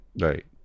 right